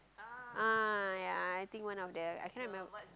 ah ya I think one of the I cannot remember